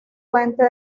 fuente